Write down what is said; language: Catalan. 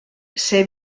ser